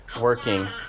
working